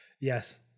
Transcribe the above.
Yes